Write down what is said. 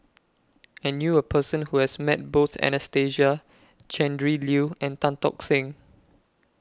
I knew A Person Who has Met Both Anastasia Tjendri Liew and Tan Tock Seng